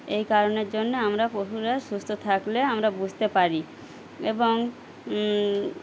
এই কারণের জন্যে আমরা পশুরা সুস্থ থাকলে আমরা বুঝতে পারি এবং